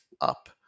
up